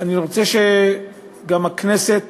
אני רוצה שגם הכנסת